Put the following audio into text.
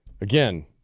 Again